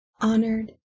honored